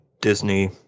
Disney